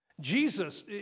Jesus